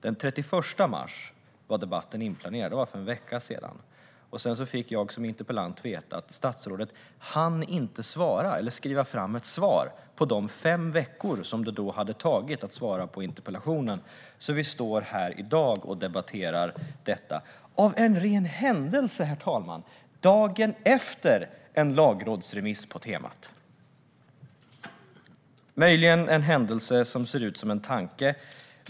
Den 31 mars var debatten inplanerad. Det var för en vecka sedan. Sedan fick jag som interpellant veta att statsrådet inte hann svara eller skriva ett svar på de fem veckor som det då hade tagit att svara på interpellationen. Därför står vi här i dag och debatterar detta - av en ren händelse, herr talman, dagen efter en lagrådsremiss på temat! Det är möjligen en händelse som ser ut som en tanke.